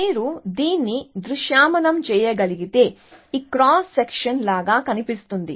మీరు దీన్ని దృశ్యమానం చేయగలిగితే ఈ క్రాస్ సెక్షన్ లాగా కనిపిస్తుంది